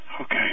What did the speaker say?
Okay